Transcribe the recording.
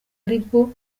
aribwo